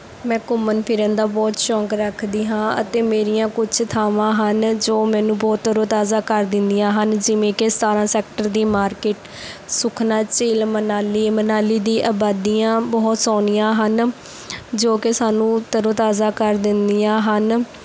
ਮੈਂ ਘੁੰਮਣ ਫਿਰਨ ਦਾ ਬਹੁਤ ਸ਼ੌਂਕ ਰੱਖਦੀ ਹਾਂ ਅਤੇ ਮੇਰੀਆਂ ਕੁਛ ਥਾਵਾਂ ਹਨ ਜੋ ਮੈਨੂੰ ਬਹੁਤ ਤਰੋਤਾਜ਼ਾ ਕਰ ਦਿੰਦੀਆਂ ਹਨ ਜਿਵੇਂ ਕਿ ਸਤਾਰ੍ਹਾਂ ਸੈਕਟਰ ਦੀ ਮਾਰਕੀਟ ਸੁਖਨਾ ਝੀਲ ਮਨਾਲੀ ਮਨਾਲੀ ਦੀ ਆਬਾਦੀਆਂ ਬਹੁਤ ਸੋਹਣੀਆਂ ਹਨ ਜੋ ਕਿ ਸਾਨੂੰ ਤਰੋਤਾਜ਼ਾ ਕਰ ਦਿੰਦੀਆਂ ਹਨ